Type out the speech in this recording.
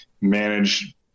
manage